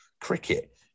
Cricket